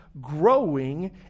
growing